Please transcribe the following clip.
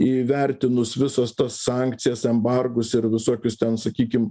įvertinus visas tas sankcijas embargus ir visokius ten sakykim